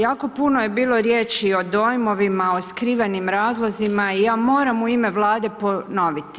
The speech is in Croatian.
Jako puno je bilo riječi o dojmovima, o skrivenim razlozima i ja moram u ime Vlade ponoviti.